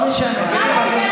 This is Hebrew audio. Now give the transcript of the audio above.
חוצפה.